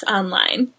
online